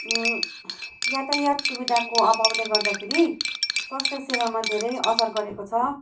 यातायात सुविधाको अभावले गर्दाखेरि स्वास्थ्य सेवामा धेरै असर गरेको छ